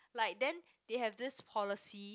like then they have this policy